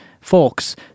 folks